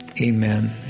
amen